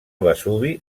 vesuvi